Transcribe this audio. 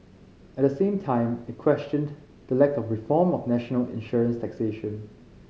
at the same time it questioned the lack of reform of national insurance taxation